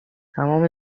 تمام